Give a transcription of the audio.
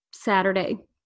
Saturday